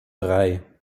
drei